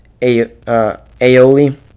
aioli